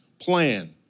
plan